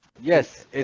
Yes